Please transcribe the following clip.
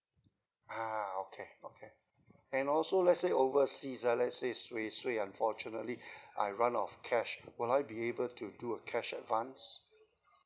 ah okay okay and also let's say overseas uh let's say suay suay unfortunately I run out of cash will I be able to do a cash advance